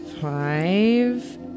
Five